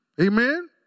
amen